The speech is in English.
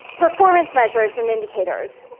performance measures and indicators.